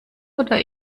oder